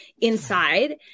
inside